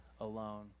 alone